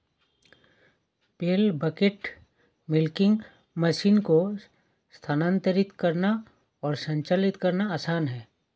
पेल bucket milking machine को स्थानांतरित करना और संचालित करना आसान है